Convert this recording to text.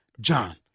John